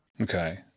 Okay